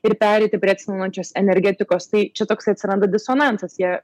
ir pereiti prie atsinaujinančios energetikos tai čia toksai atsiranda disonansas jie